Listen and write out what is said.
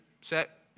set